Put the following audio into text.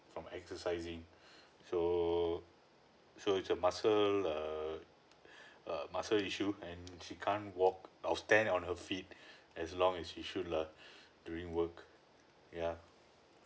from exercising so so it's a muscle err uh muscle issue and she can't walk or stand on her feet as long as she should lah during work yeah